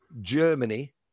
Germany